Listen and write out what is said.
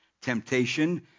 temptation